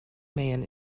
man